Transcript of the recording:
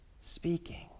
speaking